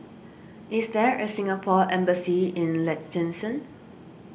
is there a Singapore Embassy in Liechtenstein